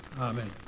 Amen